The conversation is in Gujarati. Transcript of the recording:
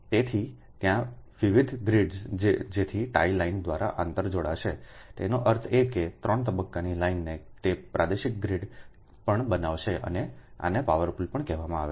તેથી ત્યાં વિવિધ ગ્રિડ્સ જેથી ટાઇ લાઈન દ્વારા આંતર જોડાશેતેનો અર્થ એ કે 3 તબક્કાની લાઈન કે તે પ્રાદેશિક ગ્રીડ પણ બનાવશે અને આને પાવર પૂલ પણ કહેવામાં આવે છે